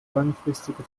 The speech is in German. langfristige